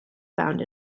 found